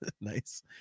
Nice